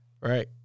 right